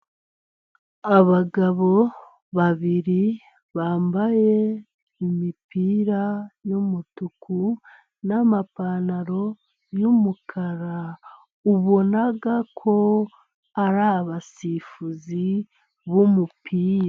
Abagabo babiri bambaye imipira y'umutuku, n'amapantaro y'umukara, ubona ko ari abasifuzi b'umupira.